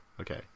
Okay